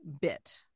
bit